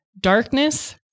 Darkness